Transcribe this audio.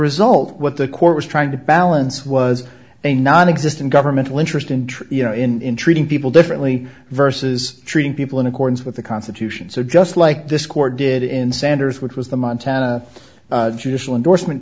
result what the court was trying to balance was a nonexistent governmental interest interest you know in treating people differently versus treating people in accordance with the constitution so just like this court did in sanders which was the montana judicial endorsement